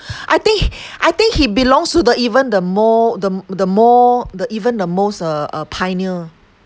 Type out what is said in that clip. I think I think he belongs to the even the more the the more the even the most uh uh pioneer